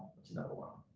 what's another one?